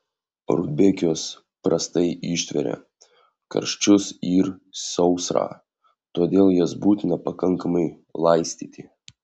rudbekijos prastai ištveria karščius ir sausrą todėl jas būtina pakankamai laistyti